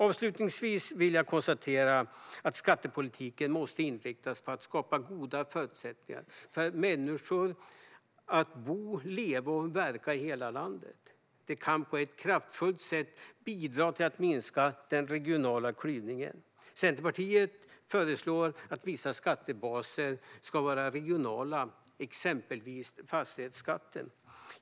Avslutningsvis vill jag konstatera att skattepolitiken måste inriktas på att skapa goda förutsättningar för människor att bo, leva och verka i hela landet. Det kan på ett kraftfullt sätt bidra till att minska den regionala klyvningen. Centerpartiet föreslår att vissa skattebaser ska vara regionala, exempelvis fastighetsskatten.